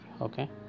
okay